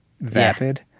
vapid